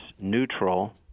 neutral